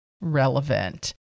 relevant